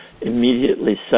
immediately